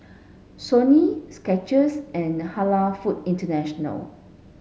Sony Skechers and Halal Food International